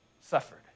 suffered